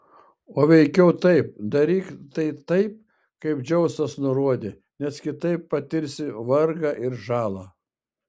o veikiau taip daryk tai taip kaip dzeusas nurodė nes kitaip patirsi vargą ir žalą